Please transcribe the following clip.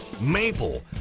maple